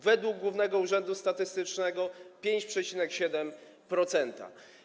Według Głównego Urzędu Statystycznego - 5,7%.